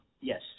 Yes